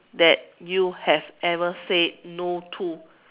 that you have ever said no to